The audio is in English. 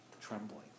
trembling